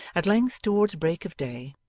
at length, towards break of day,